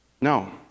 No